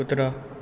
कुत्रो